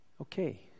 Okay